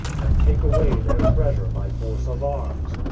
and take away their treasure by force of arms.